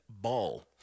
ball